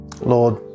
Lord